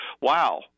wow